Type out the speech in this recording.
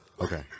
Okay